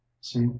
see